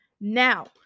Now